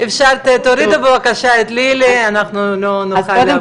תורידו בבקשה את לילי, אנחנו לא נוכל להמשיך.